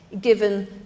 given